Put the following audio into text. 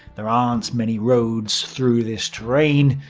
there aren't many roads through this terrain,